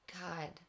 God